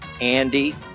andy